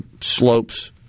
slopes